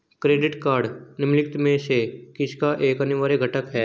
Credit card निम्नलिखित में से किसका एक अनिवार्य घटक है?